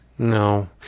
No